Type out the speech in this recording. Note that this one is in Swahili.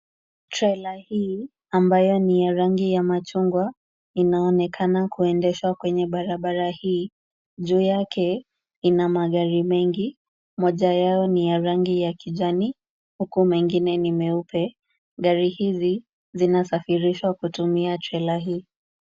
Trela hii ambayo ni ya rangi ya machungwa, inaonekana kuendeshwa kwenye barabara hii, juu yake, kuna magari mengi, moja yao ni ya rangi ya kijani huku mengine ni meupe. Gari hizi, zinasafirishwa kutumia trela hii.